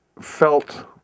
felt